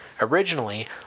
Originally